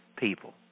people